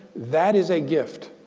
that is a gift,